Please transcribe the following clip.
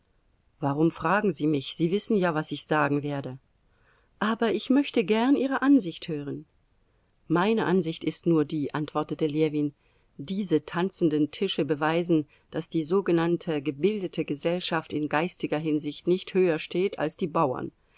warum fragen sie mich sie wissen ja was ich sagen werde aber ich möchte gern ihre ansicht hören meine ansicht ist nur die antwortete ljewin diese tanzenden tische beweisen daß die sogenannte gebildete gesellschaft in geistiger hinsicht nicht höher steht als die bauern